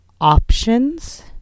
options